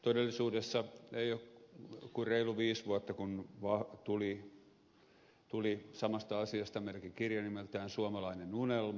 todellisuudessa siitä ei ole kuin reilut viisi vuotta kun tuli samasta asiasta meillekin kirja nimeltään suomalainen unelma